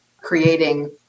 creating